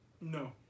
No